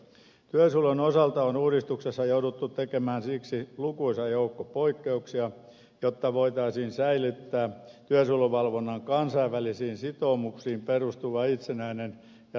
työsuojelun osalta on uudistuksessa jouduttu tekemään siksi lukuisa joukko poikkeuksia jotta voitaisiin säilyttää työsuojeluvalvonnan kansainvälisiin sitoumuksiin perustuva itsenäinen ja riippumaton asema